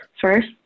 First